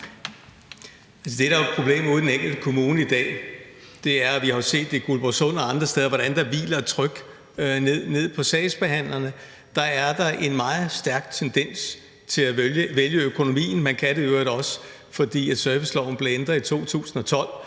det, der jo er problemet ude i den enkelte kommune i dag, er, som vi har set det i Guldborgsund og andre steder, at der hviler et tryk på sagsbehandlerne, og det betyder, at der er en meget stærk tendens til at vægte økonomien højere, og det kan man i øvrigt også gøre, fordi serviceloven blev ændret i 2012,